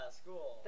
school